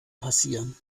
passieren